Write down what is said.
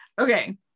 Okay